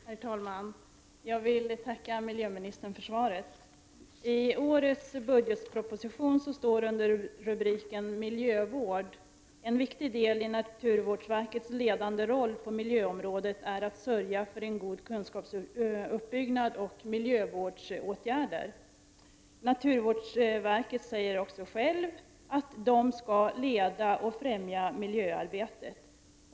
Herr talman! Jag vill tacka miljöministern för svaret. I årets budgetproposition står under rubriken Miljövård: En viktig del i naturvårdsverkets ledande roll på miljöområdet är att sörja för en god kunskapsuppbyggnad och för miljövårdsåtgärder. Man säger också inom naturvårdsverket att verket skall leda och främja miljöarbetet.